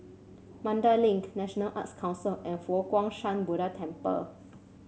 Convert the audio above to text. Mandai Link National Arts Council and Fo Guang Shan Buddha Temple